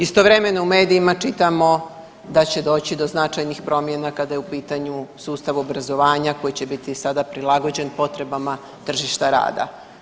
Istovremeno u medijima čitamo da će doći do značajnih promjena kada je u pitanju sustav obrazovanja koji će sada biti prilagođen potrebama tržišta rada.